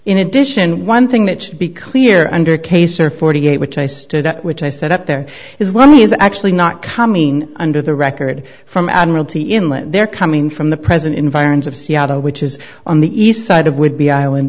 in addition one thing that should be clear under case or forty eight which i stood at which i set up there is one is actually not coming under the record from admiralty inlet they're coming from the present environs of seattle which is on the east side of would be island